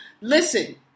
Listen